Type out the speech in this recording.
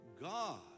God